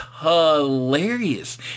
hilarious